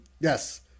Yes